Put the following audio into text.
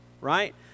right